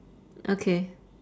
okay